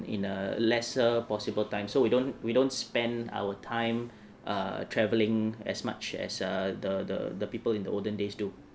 in a lesser possible time so we don't we don't spend our time err travelling as much as uh the the the people in the olden days do